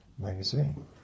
Magazine